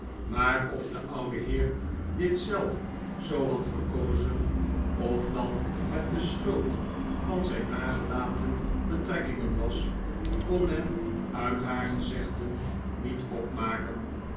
maar of de oude heer dit zelf zoo had verkozen of dat het de schuld van zijn nagelaten betrekkingen was kon men uit haar gezegden niet opmaken